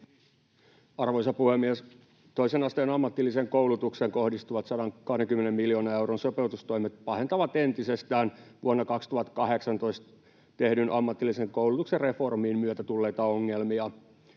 Arvoisa puhemies! Toisen asteen ammatilliseen koulutukseen kohdistuvat 120 miljoonan euron sopeutustoimet pahentavat entisestään vuonna 2018 tehdyn ammatillisen koulutuksen reformin myötä tulleita ongelmia.